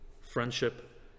friendship